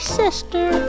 sister